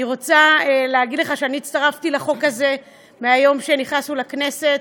אני רוצה להגיד לך שאני הצטרפתי לחוק הזה מהיום שנכנסנו לכנסת,